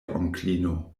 onklino